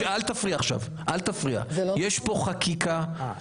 כל אדם שיש לו חשש כזה לא יוכל להיות --- יואב,